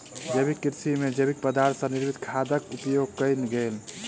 जैविक कृषि में जैविक पदार्थ सॅ निर्मित खादक उपयोग कयल गेल